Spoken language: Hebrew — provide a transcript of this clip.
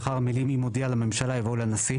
לאחר המילים 'אם הודיע לממשלה' יבוא 'לנשיא'.